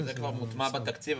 זה כבר מוטמע בתקציב,